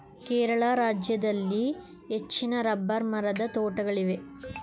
ಕೇರಳ ರಾಜ್ಯದಲ್ಲಿ ಹೆಚ್ಚಿನ ರಬ್ಬರ್ ಮರದ ತೋಟಗಳಿವೆ